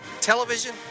television